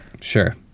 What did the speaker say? sure